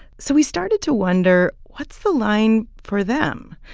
so we started to wonder, what's the line for them?